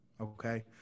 Okay